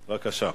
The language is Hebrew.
בבקשה.